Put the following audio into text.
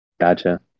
Gotcha